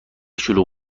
شلوغ